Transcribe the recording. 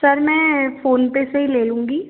sir मैं PhonePe से ही ले लूँगी